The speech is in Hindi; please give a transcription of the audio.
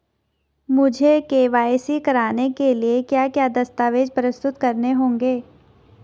मुझे के.वाई.सी कराने के लिए क्या क्या दस्तावेज़ प्रस्तुत करने होंगे?